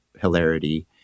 hilarity